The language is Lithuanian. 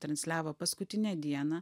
transliavo paskutinę dieną